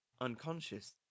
unconscious